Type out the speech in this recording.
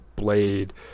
Blade